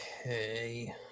Okay